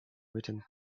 written